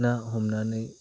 ना हमनानै